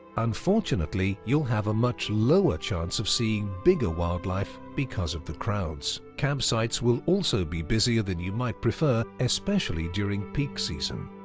unfortunately you'll have a much lower chance of seeing bigger wildlife because of the crowds. campsites will also be busier than you might prefer, especially during peak season.